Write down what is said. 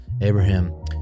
Abraham